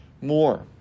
more